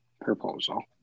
proposal